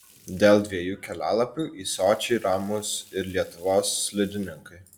dėl dviejų kelialapių į sočį ramūs ir lietuvos slidininkai